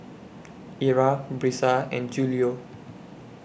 Ira Brisa and Julio